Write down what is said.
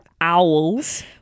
Owls